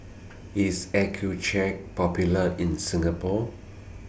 IS Accucheck Popular in Singapore